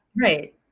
Right